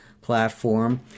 platform